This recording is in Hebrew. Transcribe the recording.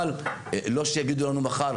אבל לא שיגידו לנו מחר,